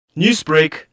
Newsbreak